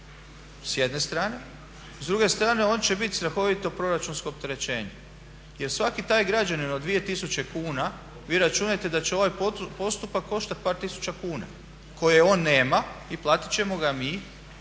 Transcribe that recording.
s jedne strane. S druge strane on će biti strahovito proračunsko opterećenje. Jer svaki taj građanin od 2000 kuna, vi računajte da će ovaj postupak koštati par tisuća kuna koje on nema i platiti ćemo ga mi